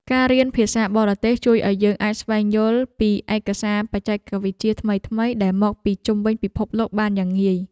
ការរៀនភាសាបរទេសជួយឱ្យយើងអាចស្វែងយល់ពីឯកសារបច្ចេកវិទ្យាថ្មីៗដែលមកពីជុំវិញពិភពលោកបានយ៉ាងងាយ។